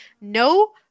No